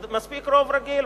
שמספיק רוב רגיל.